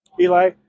Eli